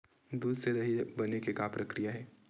दूध से दही बने के का प्रक्रिया हे?